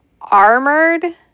Armored